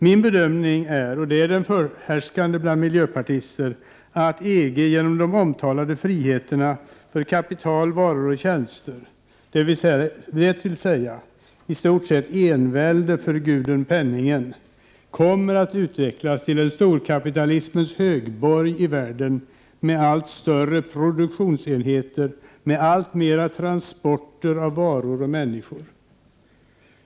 Min bedömning är — och det är den förhärskande bland miljöpartister — att EG genom de omtalade friheterna för kapital, varor och tjänster, dvs. i stort sett envälde för guden penningen, kommer att utvecklas till en storkapitalismens högborg i världen med allt större produktionsenheter, alltfler transporter av varor och människor.